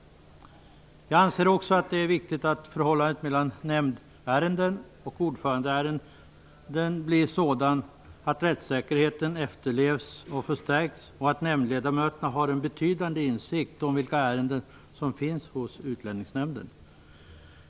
Jag anser också att det är viktigt att förhållandet mellan nämndärenden och ordförandeärenden blir sådant att rättssäkerheten efterlevs och förstärks samt att nämndledamöterna har en betydande insikt om vilka ärenden som finns hos Utlänningsnämnden.